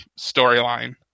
storyline